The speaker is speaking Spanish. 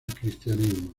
cristianismo